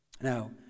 Now